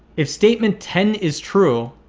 if statement ten is true,